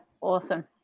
awesome